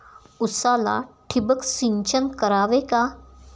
उसाला ठिबक सिंचन करावे का?